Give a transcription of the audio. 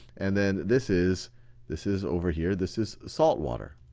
and then this is this is over here, this is salt water.